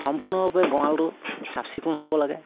সম্পূৰ্ণৰূপে গঁৰালটো চাফ চিকুণ হ'ব লাগে